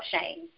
shame